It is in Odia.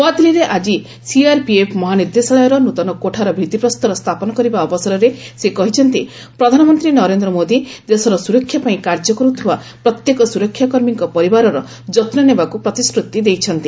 ନୂଆଦିଲ୍ଲୀରେ ଆଜି ସିଆରପିଏଫ ମହାନିର୍ଦ୍ଦେଶାଳୟର ନୂତନ କୋଠାର ଭିତ୍ତିପ୍ରସ୍ତର ସ୍ଥାପନ କରିବା ଅବସରରେ ସେ କହିଛନ୍ତି ପ୍ରଧାନମନ୍ତ୍ରୀ ନରେନ୍ଦ୍ର ମୋଦି ଦେଶର ସୁରକ୍ଷା ପାଇଁ କାର୍ଯ୍ୟ କରୁଥିବା ପ୍ରତ୍ୟେକ ସୁରକ୍ଷାକର୍ମୀଙ୍କ ପରିବାରର ଯତ୍ନ ନେବାକୁ ପ୍ରତିଶ୍ରତି ଦେଇଛନ୍ତି